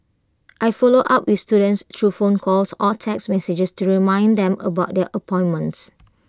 I follow up with students through phone calls or text messages to remind them about their appointments